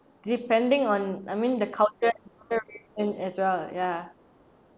depending on I mean the culture as well ya